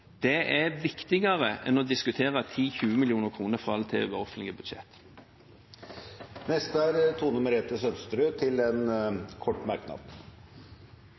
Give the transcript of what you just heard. Det er viktigere enn å diskutere 10 mill.–20 mill. kr fra eller til i offentlige budsjetter. Representanten Tone Merete Sønsterud har hatt ordet to ganger tidligere og får ordet til en kort